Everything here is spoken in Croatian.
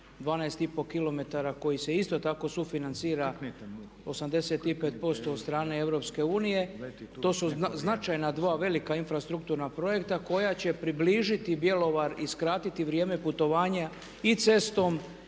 12,5 km koji se isto tako sufinancira, 85% od strane Europske unije. To su značajna dva velika infrastrukturna projekta koji će približiti Bjelovar i skratiti vrijeme putovanja i cestom